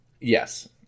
Yes